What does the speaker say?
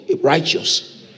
righteous